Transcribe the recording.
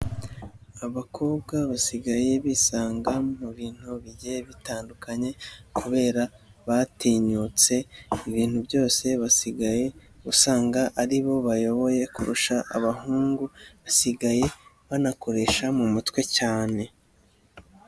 Abakobwa basigaye bisanga mu bintu bigiye bitandukanye kubera batinyutse ibintu byose basigaye usanga aribo bayoboye kurusha abahungu, basigaye banakoresha mu mutwe cyane.